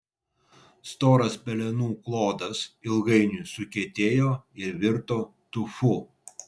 storas pelenų klodas ilgainiui sukietėjo ir virto tufu